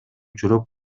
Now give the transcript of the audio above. жүрөк